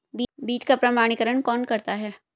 बीज का प्रमाणीकरण कौन करता है?